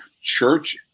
church